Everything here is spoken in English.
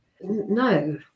no